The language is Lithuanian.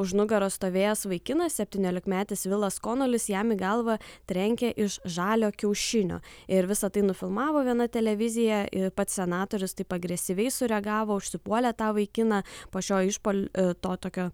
už nugaros stovėjęs vaikinas septyniolikmetis vilas konolis jam į galvą trenkė iš žalio kiaušinio ir visa tai nufilmavo viena televizija ir pats senatorius taip agresyviai sureagavo užsipuolė tą vaikiną po šio išpuol to tokio